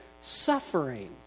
suffering